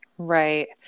Right